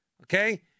okay